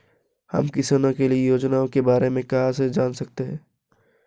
हम किसानों के लिए योजनाओं के बारे में कहाँ से जान सकते हैं?